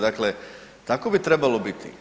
Dakle, tako bi trebalo biti.